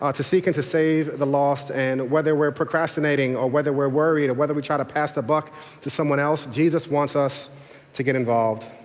to seek and to save the lost, and whether we're procrastinating or whether we're worried or whether we try to pass the buck to someone else, jesus wants us to get involved.